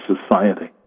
society